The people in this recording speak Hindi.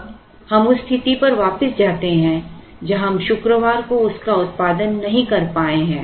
अब हम उस स्थिति पर वापस जाते हैं जहां हम शुक्रवार को इसका उत्पादन नहीं कर पाए हैं